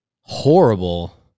horrible